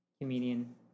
comedian